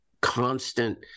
constant